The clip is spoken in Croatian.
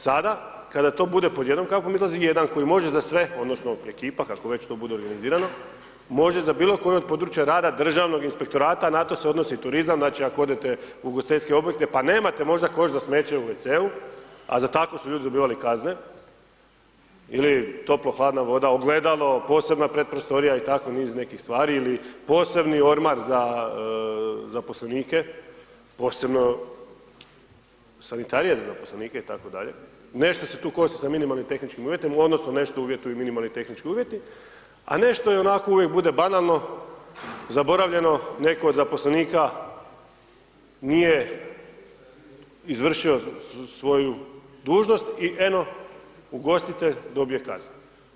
Sada kada to bude pod jednom kapom, izlazi jedan koji može za sve, odnosno ekipa kako već to bude organizirano, može za bilo koje od područje rada Državnog inspektorata, a na to se odnosi turizam, znači ako odete u ugostiteljske objekte pa nemate možda koš za smeće u WC-u, a za takvo su ljudi dobivali kazne, ili toplo-hladna voda, ogledalo, posebna predprostorija i tako niz nekih stvari, ili posebni ormar za zaposlenike, posebno sanitarije za zaposlenike i tako dalje, nešto se tu kosi sa minimalnim tehničkih uvjetima, odnosno nešto uvjetuju i minimalni tehnički uvjeti, a nešto je onako, uvijek bude banalno, zaboravljeno, netko od zaposlenika nije izvršio svoju dužnost, i eno ugostitelj dobije kaznu.